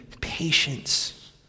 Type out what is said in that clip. patience